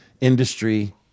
industry